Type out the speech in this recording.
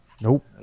Nope